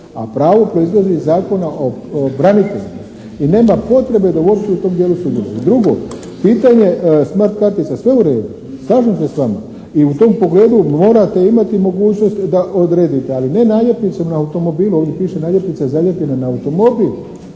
a pravo proizlazi iz Zakona o braniteljima i nema potrebe da uopće u tom dijelu sudjeluje. I drugo pitanje smart kartice, sve u redu. Slažem se s vama i u tom pogledu morate imati mogućnost da odredite, ali ne naljepnicama na automobilu, ovdje piše: "Naljepnice zalijepljene na automobil.",